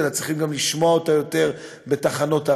אלא צריכים גם לשמוע אותה יותר בתחנות הרדיו,